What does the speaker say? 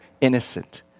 innocent